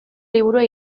liburua